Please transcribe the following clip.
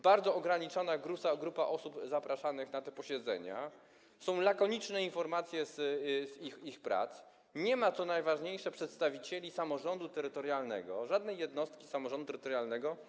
Bardzo ograniczona grupa osób jest zapraszanych na te posiedzenia, są lakoniczne informacje z ich prac, nie ma w tym gremium, co najważniejsze, przedstawicieli samorządu terytorialnego, żadnej jednostki samorządu terytorialnego.